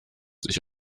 sich